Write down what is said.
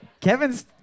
Kevin's